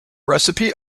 recipe